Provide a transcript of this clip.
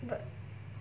but